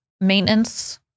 maintenance